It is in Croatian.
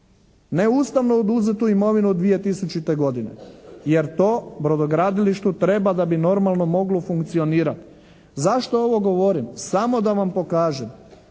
Ne Ustavno oduzetu imovinu 2000. godine jer to brodogradilištu treba da bi normalno moglo funkcionirati. Zašto ovo govorim? Samo da vam pokažem